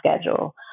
schedule